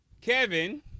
Kevin